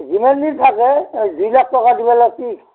যিমান দিন থাকে দুই লাখ টকা দিব লাগিব ফিক্স